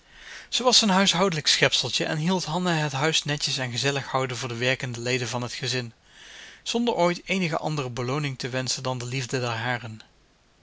ze was een huishoudelijk schepseltje en hielp hanna het huis netjes en gezellig houden voor de werkende leden van het gezin zonder ooit eenige andere belooning te wenschen dan de liefde der haren